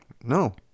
No